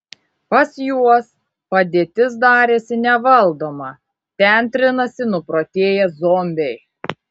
pas juos padėtis darėsi nevaldoma ten trinasi nuprotėję zombiai